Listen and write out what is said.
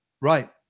Right